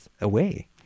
away